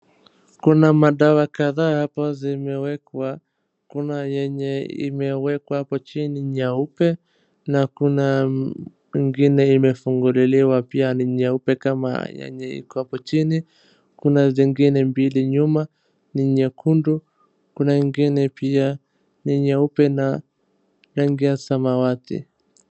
Kuna madawa kadhaa hapa zimewekwa kuna yenye imewekwa hapo chini nyeupe na kuna ingine imefunguliwa pia ni nyeupe kama yenye iko hapo chini kuna zingine mbili nyuma ni nyekundu kuna ingine pia ni nyeupe na rangi ya samawati.